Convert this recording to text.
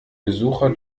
besucher